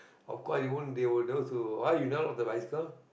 of course they won't they will those who ah you never lock your bicycle